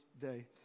day